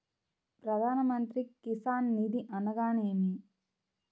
ప్రధాన మంత్రి కిసాన్ నిధి అనగా నేమి?